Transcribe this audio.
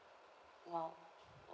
!wow!